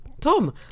tom